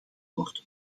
worden